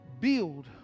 build